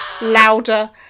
louder